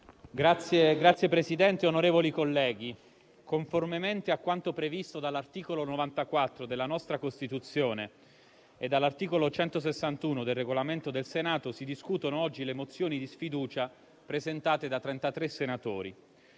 Signor Presidente, onorevoli colleghi, conformemente a quanto previsto dall'articolo 94 della nostra Costituzione e dall'articolo 161 del Regolamento del Senato, si discutono oggi le mozioni di sfiducia presentate da 33 senatori.